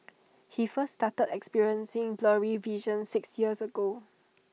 he first started experiencing blurry vision six years ago